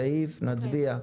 סעיף ונצביע.